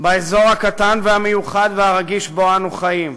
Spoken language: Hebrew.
באזור הקטן והמיוחד והרגיש שבו אנו חיים.